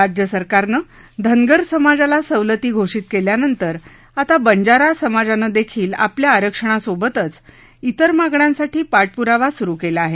राज्य सरकारनं धनगर समाजाला सवलती घोषित केल्यानंतर आता बंजारा समाजानं देखील आपल्या आरक्षणा सोबतच इतर मागण्यांसाठी पाठपुरावा सुरू केला आहे